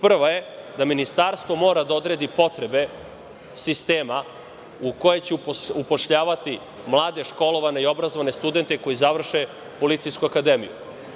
Prva je da Ministarstvo mora da odredi potrebe sistema u koje će upošljavati mlade, školovane i obrazovane studente koji završe Policijsku akademiju.